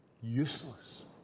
useless